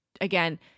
again